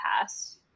past